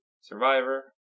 survivor